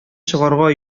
чыгарга